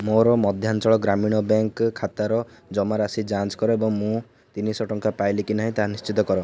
ମୋର ମଧ୍ୟାଞ୍ଚଳ ଗ୍ରାମୀଣ ବ୍ୟାଙ୍କ ଖାତାର ଜମାରାଶି ଯାଞ୍ଚ କର ଏବଂ ମୁଁ ତିନିଶହ ଟଙ୍କା ପାଇଲି କି ନାହିଁ ତାହା ନିଶ୍ଚିତ କର